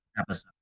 episode